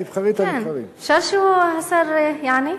תבחרי את, אפשר שהשר יענה?